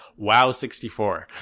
WoW64